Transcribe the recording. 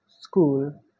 school